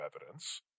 evidence